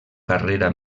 carrera